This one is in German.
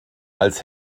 als